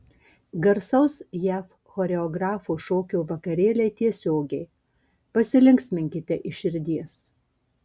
garsaus jav choreografo šokio vakarėliai tiesiogiai pasilinksminkite iš širdies